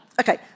Okay